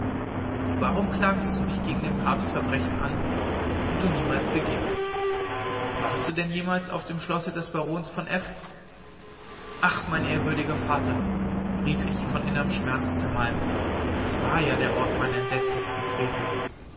warum klagtest du dich gegen den papst verbrechen an die du niemals begingst warst du denn jemals auf dem schlosse des barons von f ach mein ehrwürdiger vater rief ich von innerm schmerz zermalmt das war ja der ort meiner entsetzlichsten frevel